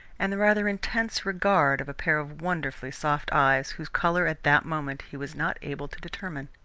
and the rather intense regard of a pair of wonderfully soft eyes, whose colour at that moment he was not able to determine.